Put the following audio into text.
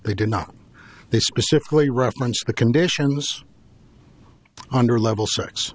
they did not they specifically referenced the conditions under level s